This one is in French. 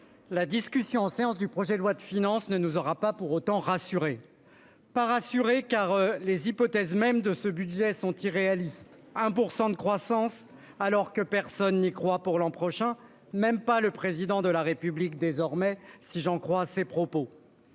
la discussion en séance du projet de loi de finances ne nous aura pas pour autant rassurés. Par assuré car les hypothèses même de ce budget sont irréalistes. 1% de croissance alors que personne n'y croit. Pour l'an prochain. Même pas le président de la République désormais si j'en crois ses propos.--